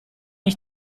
ich